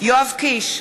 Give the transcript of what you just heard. יואב קיש,